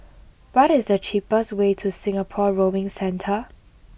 what is the cheapest way to Singapore Rowing Centre